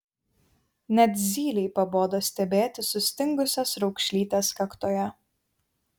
net zylei pabodo stebėti sustingusias raukšlytes kaktoje